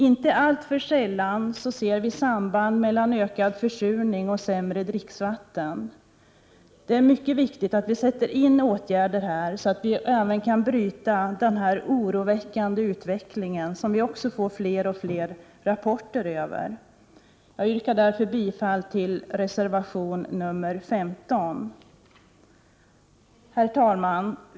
Inte alltför sällan ser vi samband mellan ökad försurning och sämre dricksvatten. Det är mycket viktigt att vi här sätter in åtgärder, så att vi kan bryta den här oroväckande utvecklingen, som vi också får fler och fler rapporter om. Jag yrkar därför bifall till reservation nr 15. Herr talman!